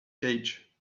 cage